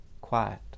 quiet